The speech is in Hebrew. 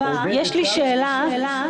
יש לי שאלה.